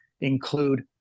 include